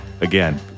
again